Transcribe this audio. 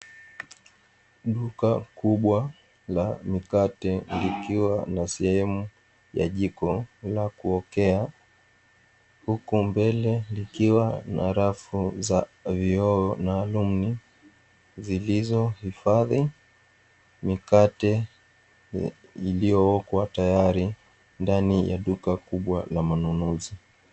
Duka kubwa la mikate likiwa na sehemu ya jiko la kuokea, huku mbele likiwa na rafu za vioo. Zilizohifadhi mikate iliyookwa tayari ndani ya duka kubwa la manunuzi.